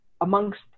Amongst